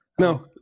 No